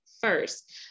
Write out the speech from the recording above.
first